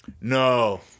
No